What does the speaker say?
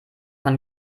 man